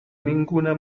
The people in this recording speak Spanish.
ninguna